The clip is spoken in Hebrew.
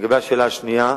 לגבי השאלה השנייה,